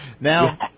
Now